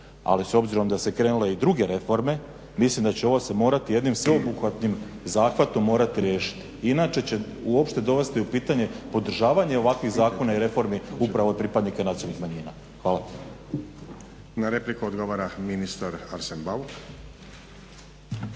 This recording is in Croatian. ali s obzirom da su krenule i druge reforme mislim da će se ovo morati jednim sveobuhvatnim zahvatom morati riješiti. Inače će uopće dovesti u pitanje podržavanje ovakvih zakona i reformi upravo od pripadnika nacionalnih manjina. Hvala. **Stazić, Nenad (SDP)** Na repliku odgovara ministar Arsen Bauk. **Bauk,